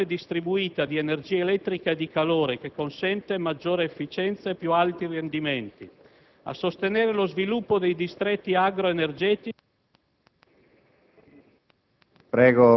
la piccola generazione distribuita, di energia elettrica e di calore, che consente maggiore efficienza e più alti rendimenti; a sostenere lo sviluppo dei distretti agro-energetici